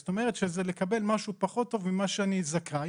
זאת אומרת, לקבל משהו פחות טוב ממה שאני זכאי.